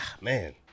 man